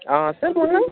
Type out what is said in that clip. अ सोरमोनलाय